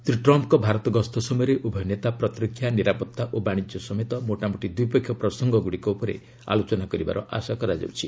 ଶ୍ରୀ ଟ୍ରମ୍ଫ୍ଙ୍କ ଭାରତ ଗସ୍ତ ସମୟରେ ଉଭୟ ନେତା ପ୍ରତିରକ୍ଷା ନିରାପତ୍ତା ଓ ବାଣିଜ୍ୟ ସମେତ ମୋଟାମୋଟି ଦ୍ୱିପକ୍ଷିୟ ପ୍ରସଙ୍ଗଗୁଡ଼ିକ ଉପରେ ଆଲୋଚନା କରିବାର ଆଶା କରାଯାଉଛି